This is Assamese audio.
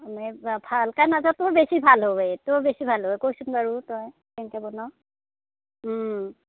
ভালকৈ নাজানো তোৰ বেছি ভাল হয় তোৰ বেছি ভাল হয় ক'চোন বাৰু তই কেনেকৈ বনাৱ ওম